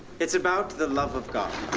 it's about the love of god.